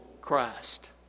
Christ